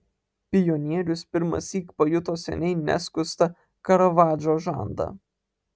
pionierius pirmąsyk pajuto seniai neskustą karavadžo žandą